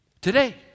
Today